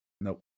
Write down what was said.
Nope